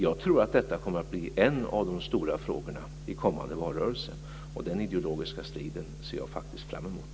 Jag tror att detta kommer att bli en av de stora frågorna i kommande valrörelser, och den ideologiska striden ser jag faktiskt fram emot.